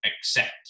accept